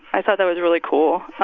i thought that was really cool.